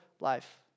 life